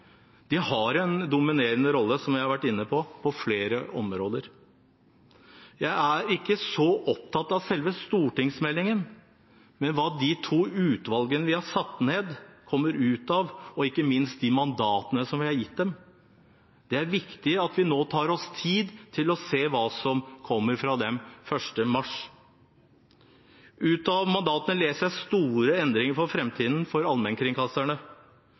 De har en dominerende rolle, som jeg har vært inne på, på flere områder. Jeg er ikke så opptatt av selve stortingsmeldingen, men av hva de to utvalgene som er satt ned, kommer med, og ikke minst av de mandatene vi har gitt dem. Det er viktig at vi nå tar oss tid til å se hva som kommer fra dem 1. mars 2017. Ut av mandatene leser jeg store endringer for framtiden for allmennkringkasterne,